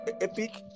epic